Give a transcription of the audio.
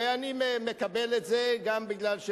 ואני מקבל את זה גם בגלל,